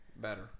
better